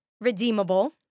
redeemable